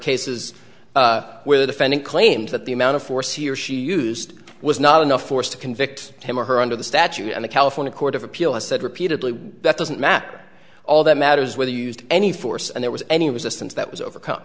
cases where the defendant claims that the amount of force he or she used was not enough force to convict him or her under the statute and the california court of appeal has said repeatedly that doesn't matter all that matters is whether you used any force and there was any resistance that was overcome